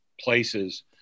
places